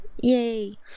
Yay